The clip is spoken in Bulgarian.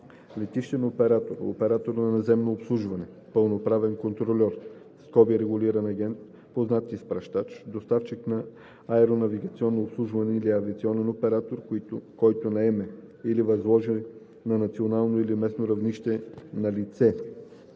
летищен оператор, оператор по наземно обслужване, пълноправен контрольор (регулиран агент), познат изпращач, доставчик на аеронавигационно обслужване и авиационен оператор, който наеме или възложи на национално или местно равнище на лице